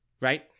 right